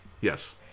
Yes